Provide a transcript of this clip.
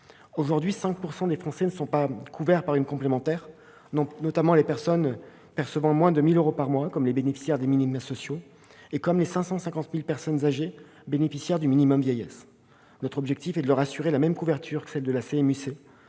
Aujourd'hui, 5 % des Français ne sont pas couverts par une complémentaire santé. Il s'agit notamment de ceux qui perçoivent moins de 1 000 euros par mois, comme les bénéficiaires des minima sociaux et les 550 000 personnes âgées bénéficiaires du minimum vieillesse. Notre objectif est de leur assurer la même couverture que celle de la CMU-C,